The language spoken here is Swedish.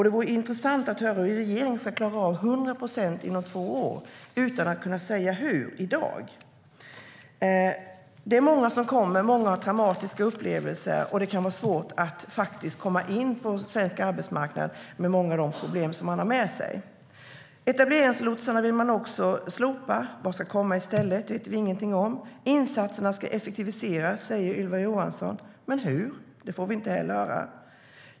Det vore intressant att höra hur regeringen ska klara av 100 procent inom två år utan att i dag kunna säga hur. Det är många som kommer hit, och många av dem har traumatiska upplevelser. Det kan vara svårt att komma in på svensk arbetsmarknad med de problem som man har med sig. Man vill också slopa etableringslotsarna. Vad ska komma i stället? Det vet vi ingenting om. Insatserna ska effektiviseras, säger Ylva Johansson, men hur? Det får vi inte heller veta.